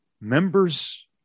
members